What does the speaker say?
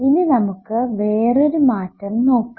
ഇനി നമുക്ക് വേറൊരു മാറ്റം നോക്കാം